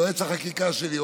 יועץ החקיקה שלי,